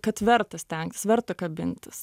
kad verta stengtis verta kabintis